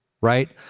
right